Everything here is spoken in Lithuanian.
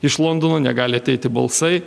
iš londono negali ateiti balsai